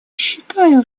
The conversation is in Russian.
считаю